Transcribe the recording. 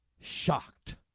shocked